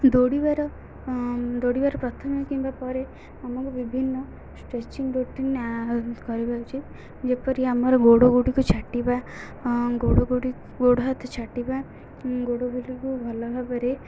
ଦୌଡ଼ିବାର ଦୌଡ଼ିବାର ପ୍ରଥମେ କିମ୍ବା ପରେ ଆମକୁ ବିଭିନ୍ନ ଷ୍ଟ୍ରେଚିଂ ରୁଟିନ୍ କରିବା ଉଚିତ ଯେପରି ଆମର ଗୋଡ଼ ଗୁଡ଼ିକୁ ଛାଟିବା ଗୋଡ଼ ଗୁଡ଼ି ଗୋଡ଼ ହାତ ଛାଟିବା ଗୋଡ଼ଗୁଡ଼ିକୁ ଭଲ ଭାବରେ